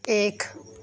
ایک